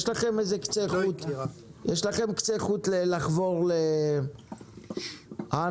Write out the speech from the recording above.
יש לכם איזה קצה חוט לחבור --- היא לא הכירה.